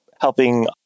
helping